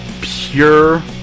pure